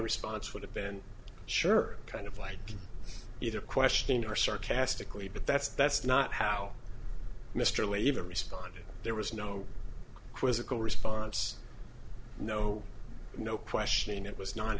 response would have been sure kind of like either question or sarcastically but that's that's not how mr lee even responded there was no quizzical response no no questioning it was no